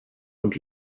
und